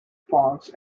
ponds